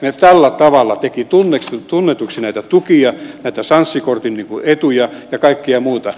he tällä tavalla tekivät tunnetuiksi näitä tukia näitä sanssi kortin etuja ja kaikkea muuta